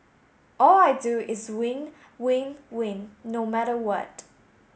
all I do is win win win no matter what